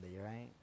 right